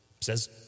says